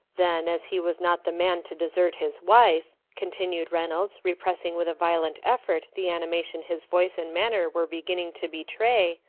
then, as he was not the man to desert his wife, continued reynolds, repressing with a violent effort the animation his voice and manner were beginning to betray,